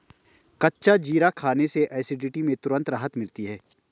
कच्चा जीरा खाने से एसिडिटी में तुरंत राहत मिलती है